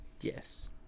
yes